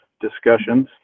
discussions